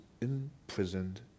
imprisoned